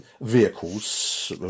vehicles